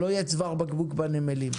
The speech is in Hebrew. שלא יהיה צוואר בקבוק בנמלים.